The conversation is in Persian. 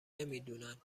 نمیدونند